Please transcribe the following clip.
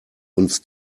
uns